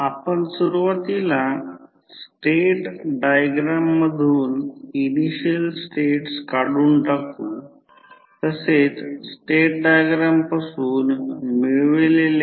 तर लहान करंट ज्याला एक्सायटिंग करंट म्हणतात ते प्रत्यक्षात फ्लक्स निर्माण करण्यासाठी जबाबदार असेल